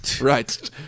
Right